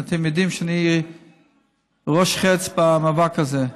אתם יודעים שאני ראש חץ במאבק הזה.